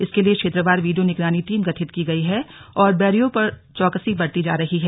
इसके लिए क्षेत्रवार वीडियो निगरानी टीम गठित की गई है और बैरियरों पर चौकसी बरती जा रही है